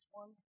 one